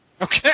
Okay